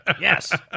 Yes